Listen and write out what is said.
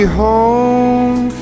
home